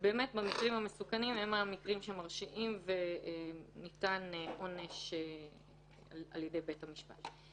המקרים המסוכנים הם המקרים שבהם מרשיעים וניתן עונש על ידי בית המשפט.